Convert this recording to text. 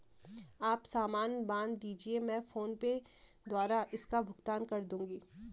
आप सामान बांध दीजिये, मैं फोन पे द्वारा इसका भुगतान कर दूंगी